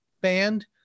Band